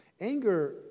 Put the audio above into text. Anger